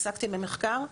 עסקתי במחקר,